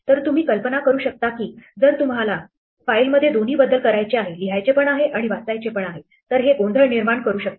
तर तुम्ही कल्पना करू शकता की तुम्हाला जर फाईलमध्ये दोन्ही बदल करायचे आहे लिहायचे पण आहे आणि वाचायचे पण आहे तर हे गोंधळ निर्माण करू शकते